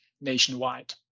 nationwide